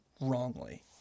wrongly